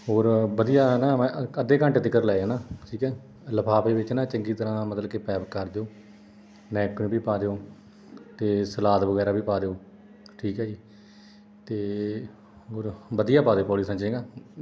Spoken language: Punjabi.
ਹੋਰ ਵਧੀਆ ਨਾ ਮੈਂ ਅੱਧੇ ਘੰਟੇ ਤੱਕ ਲੈ ਜਾਂਦਾ ਠੀਕ ਹੈ ਲਿਫਾਫੇ ਵਿਚ ਨਾ ਚੰਗੀ ਤਰ੍ਹਾਂ ਮਤਲਬ ਕਿ ਪੈਕ ਕਰ ਦਿਓ ਨੈਪਕਿਨ ਵੀ ਪਾ ਦਿਓ ਅਤੇ ਸਲਾਦ ਵਗੈਰਾ ਵੀ ਪਾ ਦਿਓ ਠੀਕ ਹੈ ਜੀ ਅਤੇ ਹੋਰ ਵਧੀਆ ਪਾ ਦਿਓ ਪੋਲੀਥਿਨ 'ਚ ਚੰਗਾ